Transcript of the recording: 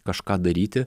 kažką daryti